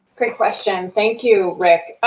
great question. thank you, rick.